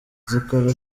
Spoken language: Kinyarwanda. zikora